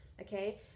okay